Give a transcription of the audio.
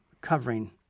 covering